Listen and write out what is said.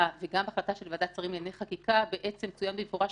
וגם בהחלטה של ועדת שרים לענייני חקיקה בעצם צוין במפורש,